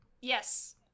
Yes